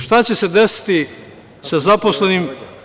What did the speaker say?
Šta će se desiti sa zaposlenima?